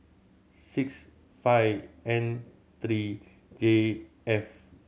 six five N three J F